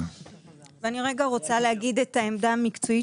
אני רגע רוצה להגיד את העמדה המקצועית